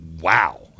wow